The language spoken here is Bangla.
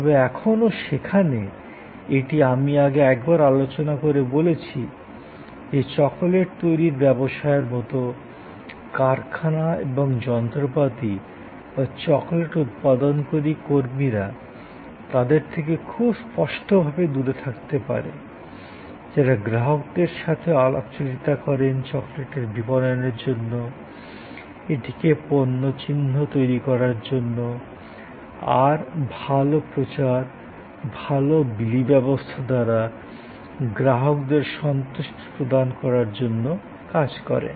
তবে এখনও সেখানে এটি আমি আগে একবার আলোচনা করে বলেছি যে চকোলেট তৈরির ব্যবসায়ের মতো কারখানা এবং যন্ত্রপাতি বা চকোলেট উৎপাদনকারী কর্মীরা যারা গ্রাহকদের সাথে আলাপচারিতা করেন চকোলেটের বিপণনের জন্য এটির পণ্যচিহ্ন তৈরি করার জন্য আর ভাল প্রচার ভাল বিলিব্যবস্থা দ্বারা গ্রাহকদের সন্তুষ্টি প্রদান করার জন্য কাজ করেন তাদের থেকে খুব স্পষ্টভাবে দূরে থাকতে পারে